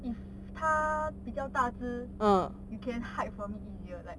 if 它比较大子 you can hide from it easier like